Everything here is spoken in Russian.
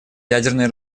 ядерное